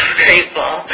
grateful